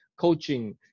coaching